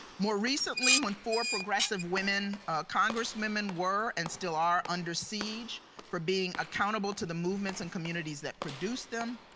more recently, when four progressive women congressmen were and still are under siege for being accountable to the movements and communities that produce them,